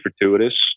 fortuitous